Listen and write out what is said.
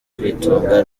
kwitunga